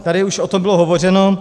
Tady už o tom bylo hovořeno.